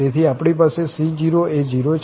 તેથી આપણી પાસે c0 એ 0 છે